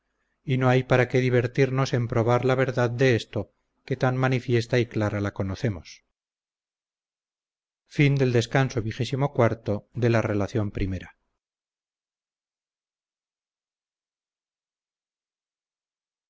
y no hay para que divertirnos en probar la verdad de esto que tan manifiesta y clara la conocemos